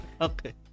Okay